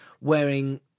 wearing